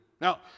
Now